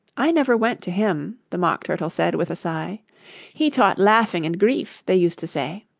i never went to him the mock turtle said with a sigh he taught laughing and grief, they used to say